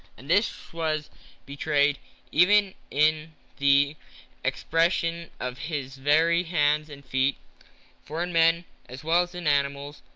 and this was betrayed even in the expression of his very hands and feet for in men, as well as in animals,